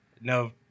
No